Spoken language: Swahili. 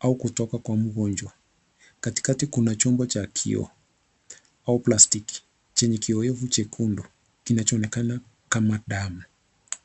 au kutoka kwa mngojwa, katika kuna chuba cha kioo au plastiki chenye kioyevu chekundu kinachoonekana kama damu.